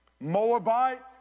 Moabite